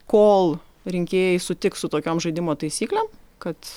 kol rinkėjai sutiks su tokiom žaidimo taisyklėm kad